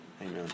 amen